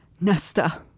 Nesta